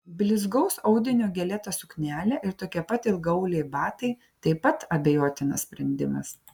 blizgaus audinio gėlėta suknelė ir tokie pat ilgaauliai batai taip pat abejotinas sprendimas